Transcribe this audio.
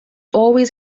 always